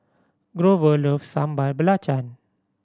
Grover loves Sambal Belacan